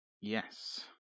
Yes